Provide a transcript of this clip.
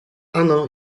ano